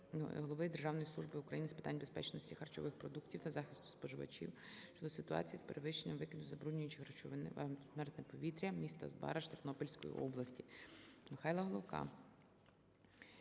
Державної служби України з питань безпечності харчових продуктів та захисту споживачів щодо ситуації з перевищенням викиду забруднюючих речовин в атмосферне повітря міста Збараж Тернопільської області.